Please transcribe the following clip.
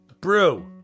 Brew